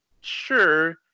sure